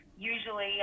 usually